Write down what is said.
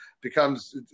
becomes